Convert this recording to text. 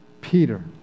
Peter